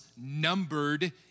numbered